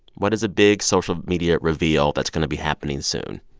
what is a big social media reveal that's going to be happening soon?